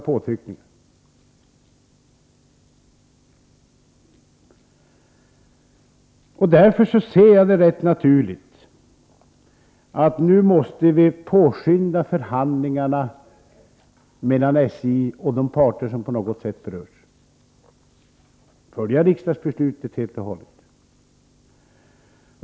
Malmöock Köpen Därför ser jag det som rätt naturligt att vi nu påskyndar förhandlingarna Kanda P mellan SJ och de parter som på något sätt berörs. Vi skall alltså följa riksdagsbeslutet helt och hållet.